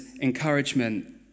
encouragement